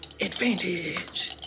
Advantage